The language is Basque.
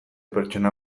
pertsona